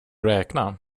räkna